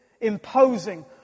imposing